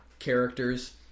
Characters